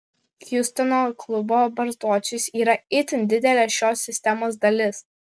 hjustono klubo barzdočius yra itin didelė šios sistemos dalis